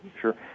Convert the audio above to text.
sure